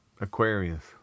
Aquarius